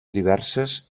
diverses